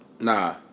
Nah